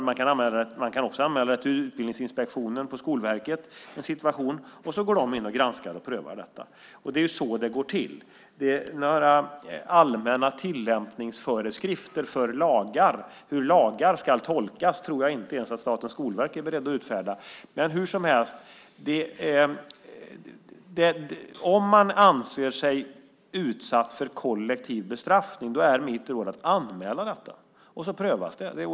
Man kan också anmäla en situation till utbildningsinspektionen på Skolverket. Så går de in och granskar och prövar det. Det är så det går till. Några allmänna tillämpningsföreskrifter för hur lagar ska tolkas tror jag inte ens att Statens skolverk är berett att utfärda. Om man anser sig utsatt för kollektiv bestraffning är mitt råd att anmäla detta. Så prövas det.